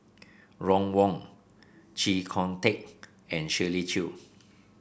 Ron Wong Chee Kong Tet and Shirley Chew